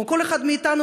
כמו כל אחד מאיתנו,